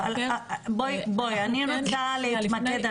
אני רוצה להתמקד,